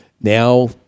Now